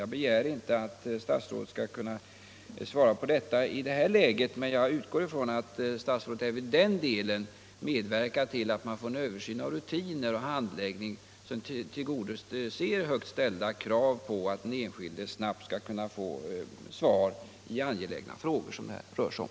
Jag begär inte att statsrådet skall kunna ge besked om detta i det här läget, men jag utgår från att statsrådet även i den delen medverkar till en översyn av rutiner och handläggning, så att man kan tillgodose högt ställda krav på att den enskilde snabbt skall få svar i de angelägna frågor, som det här rör sig om.